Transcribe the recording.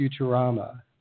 Futurama